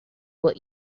what